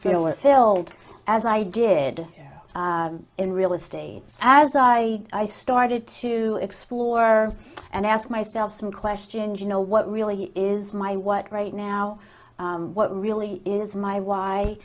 feel it filled as i did in real estate as i i started to explore and ask myself some questions you know what really is my what right now what really is my why